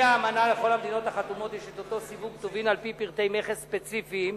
האמנה לכל המדינות החתומות יש אותו סיווג טובין על-פי פרטי מכס ספציפיים.